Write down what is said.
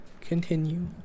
continue